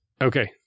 Okay